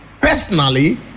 personally